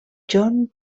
john